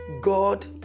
God